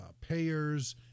payers